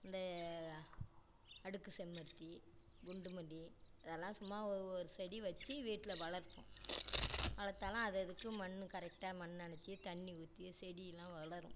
இந்த அடுக்கு செம்பருத்தி குண்டுமல்லி இதலாம் சும்மா ஒரு ஒரு செடி வச்சு வீட்டில் வளர்ப்போம் வளர்த்தாலும் அததுக்கு மண் கரெக்டாக மண் அணைச்சி தண்ணி ஊற்றி செடில்லாம் வளரும்